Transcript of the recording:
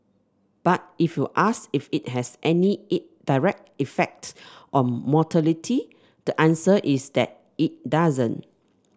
but if you ask if it has any it direct effect on mortality the answer is that it doesn't